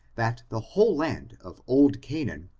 that the whole land of old canaan,